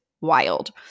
wild